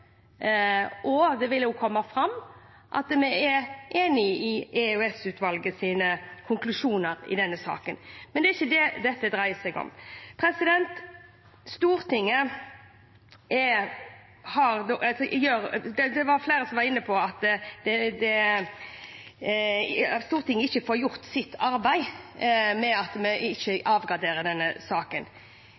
Det vil også komme fram at vi er enig i EOS-utvalgets konklusjoner i denne saken. Men det er ikke det dette dreier seg om. Flere har vært inne på at Stortinget ikke får gjort sitt arbeid når vi ikke avgraderer denne saken. EOS-utvalget gjør den kontrollen på vegne av Stortinget,